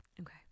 okay